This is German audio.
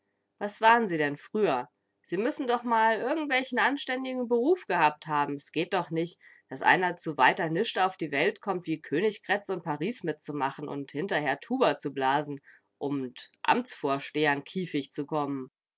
was waren sie denn früher sie müssen doch mal irgendwelchen anständigen beruf gehabt haben s geht doch nich daß einer zu weiter nischt auf die welt kommt wie königgrätz und paris mitzumachen und hinterher tuba zu blasen und amtsvorstehern kiefig zu kommen